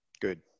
Good